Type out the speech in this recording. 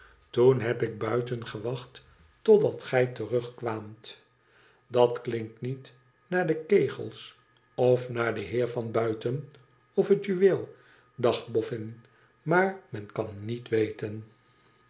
toen heb ik buiten gewacht totdat gij terugkwaamt dat klinkt niet naar de kegels of naar den heer van buiten of het jumel dacht boffin maar men kan niet weten